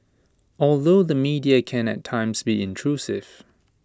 although the media can at times be intrusive